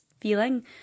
feeling